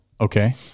Okay